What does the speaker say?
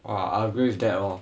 !wah! I agree with that lor